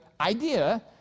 idea